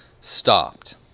stopped